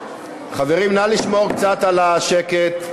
חברים, נא לשמור קצת על השקט.